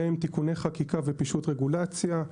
בהם תיקוני חקיקה ופישוט רגולציה.